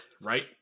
right